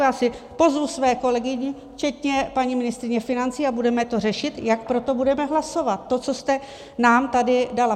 Já si pozvu své kolegy, včetně paní ministryně financí, a budeme to řešit, jak budeme hlasovat pro to, co jste nám tady dala.